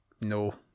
No